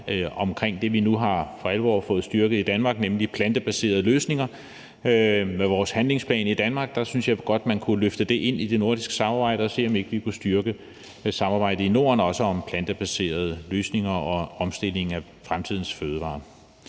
omkring det, vi nu for alvor har fået styrket i Danmark, nemlig plantebaserede løsninger, og med vores handlingsplan i Danmark synes jeg godt, man kunne have løftet det ind i det nordiske samarbejde og set, om ikke vi også kunne styrke samarbejdet i Norden om plantebaserede løsninger og omstilling i forhold til fremtidens fødevarer.